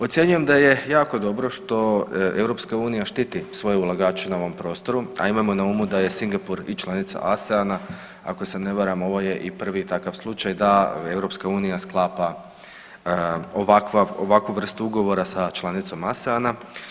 Ocjenjujem da je jako dobro što EU štiti svoje ulagače na ovom prostoru, a imajmo na umu da je Singapur i članica ASEAN-a, ako se ne varam, ovo je i prvi takav slučaj da EU sklapa ovakva, ovakvu vrstu ugovora sa članicom ASEAN-a.